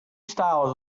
styles